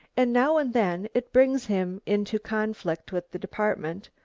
and now and then it brings him into conflict with the department.